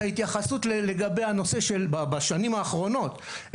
בשנים האחרונות,